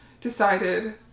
decided